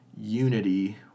Unity